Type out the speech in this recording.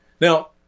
Now